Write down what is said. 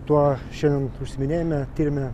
tuo šiandien užsiiminėjame tiriame